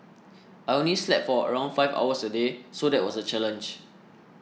I only slept for around five hours a day so that was a challenge